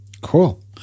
Cool